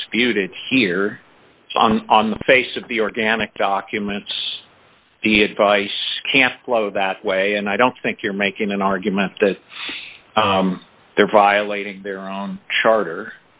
disputed here on the face of the organic documents the advice can flow that way and i don't think you're making an argument that they're violating their own charter